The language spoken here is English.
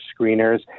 screeners